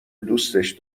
دوستش